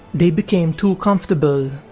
they became too comfortable,